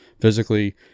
physically